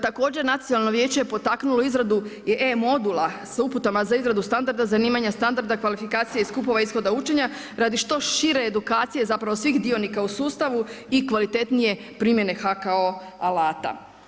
Također, Nacionalno vijeće je potaknulo izradu i e-modula sa uputama za izradu standarda zanimanja, standarda kvalifikacije i skupova ishoda učenja radi što šire edukacije zapravo svih dionika u sustavu i kvalitetnije primjene HKO alata.